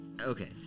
Okay